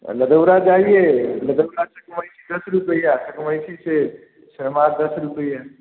ददौरा जाएंगे ददौरा से दस रुपये चकमाइसी से सेमा दस रुपये